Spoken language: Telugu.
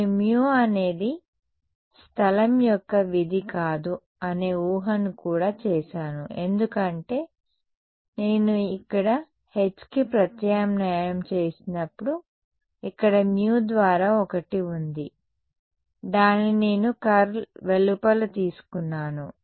నేను μ అనేది స్థలం యొక్క విధి కాదు అనే ఊహను కూడా చేసాను ఎందుకంటే నేను ఇక్కడ Hకి ప్రత్యామ్నాయం చేసినప్పుడు ఇక్కడ μ ద్వారా ఒకటి ఉంది దానిని నేను కర్ల్ వెలుపల తీసుకున్నాను